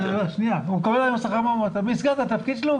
היום הוא מקבל שכר מהמועצה ובמסגרת התפקיד שלו הוא